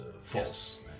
false